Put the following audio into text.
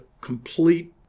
complete